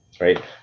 right